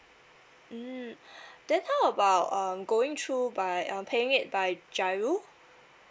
mm then how about um going through by uh paying it by GIRO